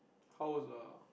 how was uh